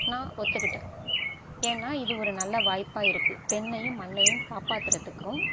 நான் ஒத்துக்கிட்டேன் ஏன்னா இது ஒரு நல்ல வாய்ப்பாக இருக்கு பெண்ணையும் மண்ணையும் காப்பாத்துறதுக்கும்